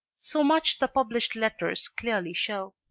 so much the published letters clearly show.